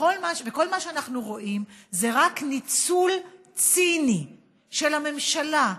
וכל מה שאנחנו רואים זה רק ניצול ציני של הממשלה,